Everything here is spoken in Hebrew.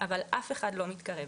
אבל אף אחד לא מתקרב.